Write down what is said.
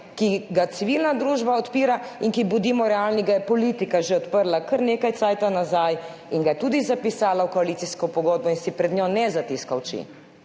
ki ga civilna družba odpira in ki, bodimo realni, ga je politika že odprla kar nekaj časa nazaj in ga je tudi zapisala v koalicijsko pogodbo in si pred njim ne zatiska oči,